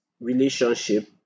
relationship